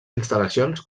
instal·lacions